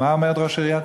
מה אומרת ראש העירייה?